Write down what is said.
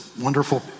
Wonderful